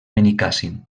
benicàssim